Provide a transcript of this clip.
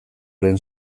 lehen